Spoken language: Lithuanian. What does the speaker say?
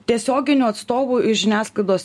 tiesioginių atstovų iš žiniasklaidos